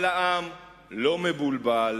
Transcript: אבל העם לא מבולבל,